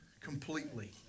completely